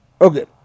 Okay